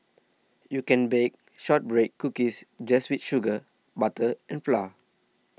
you can bake Shortbread Cookies just with sugar butter and flour